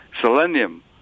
selenium